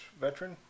veteran